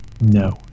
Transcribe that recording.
no